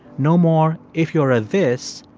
no more, if you're a this,